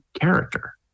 character